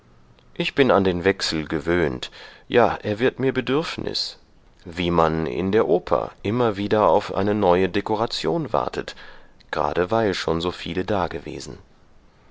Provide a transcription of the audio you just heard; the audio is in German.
ich bin an den wechsel gewöhnt ja er wird mir bedürfnis wie man in der oper immer wieder auf eine neue dekoration wartet gerade weil schon so viele dagewesen